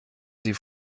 sie